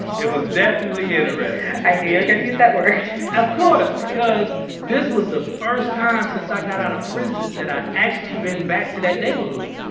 it was definitely interesting gonna use that word. of course, because this was the first time since i got out of prison that i actually been back to that neighborhood.